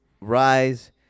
rise